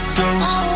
ghost